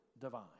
divine